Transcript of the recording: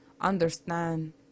understand